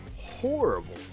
horrible